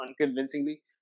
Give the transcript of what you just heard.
unconvincingly